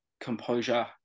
Composure